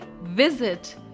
visit